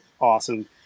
awesome